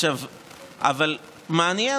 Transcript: אבל מעניין,